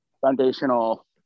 foundational